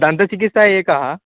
दन्तचिकित्सा एका